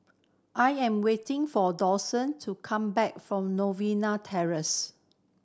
I am waiting for Douglas to come back from Novena Terrace